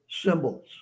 symbols